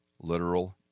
literal